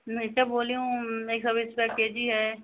मिर्चा बोली हूँ एक सौ बीस रुपये के जी है